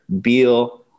Beal